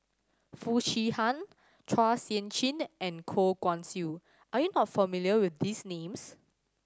Foo Chee Han Chua Sian Chin and Goh Guan Siew are you not familiar with these names